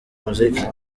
muziki